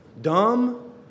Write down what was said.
dumb